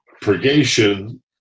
purgation